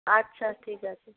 আচ্ছা ঠিক আছে